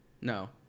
No